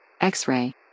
x-ray